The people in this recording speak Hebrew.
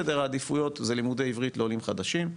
סדר העדיפויות זה לימודי עברית לעולים חדשים,